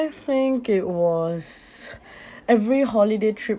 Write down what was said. I think it was every holiday trip